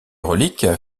reliques